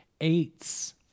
Eights